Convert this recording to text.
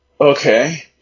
okay